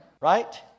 right